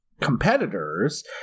competitors